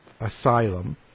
asylum